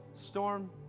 Storm